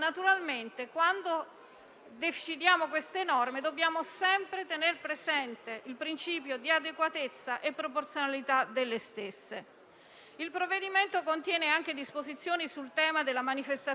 Il provvedimento contiene anche disposizioni in tema di manifestazione del consenso al trattamento sanitario del vaccino per il Covid-19 per soggetti incapaci ricoverati presso strutture sanitarie assistite.